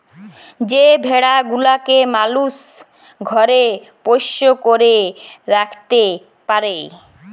যে ভেড়া গুলাকে মালুস ঘরে পোষ্য করে রাখত্যে পারে